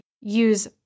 use